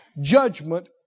Judgment